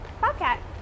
Bobcat